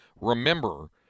remember